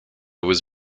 was